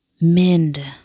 mend